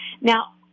now